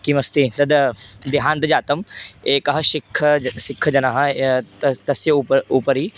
किमस्ति तद् देहान्तजातम् एकः शिक्ख सिक्खजनः त तस्य उप उपरि